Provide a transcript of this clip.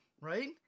Right